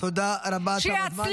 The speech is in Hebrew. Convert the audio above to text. -- תודה רבה, תם הזמן.